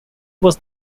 was